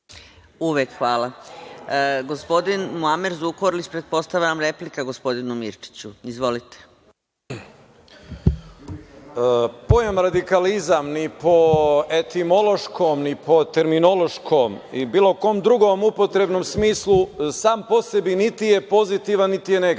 Uvek. Hvala. Gospodin Moamer Zukorlić, pretpostavljam replika gospodinu Mirčiću. Izvolite. **Muamer Zukorlić** Pojam radikalizam ni po etimološkom, ni po terminološkom i bilo kom drugom upotrebnom smislu sam po sebi niti je pozitivan, niti je negativan.